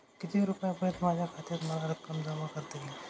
किती रुपयांपर्यंत माझ्या खात्यात मला रक्कम जमा करता येईल?